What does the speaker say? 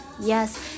yes